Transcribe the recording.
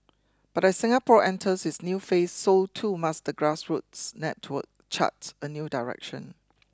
but as Singapore enters its new phase so too must the grassroots network chart a new direction